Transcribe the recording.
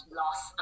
loss